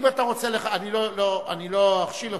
אני לא אכשיל אותך,